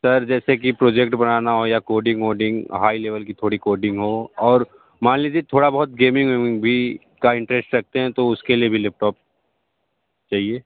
sir जैसे कि project बनाना हो या कोडिंग वोडिंग हाईलेवल की थोड़ी कोडिंग हो और मान लीजिए थोड़ा बहुत गेमिंग वेमिंग भी का इंटरेस्ट रखते है तो उस के लिए भी लैपटॉप चहिए